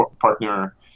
partner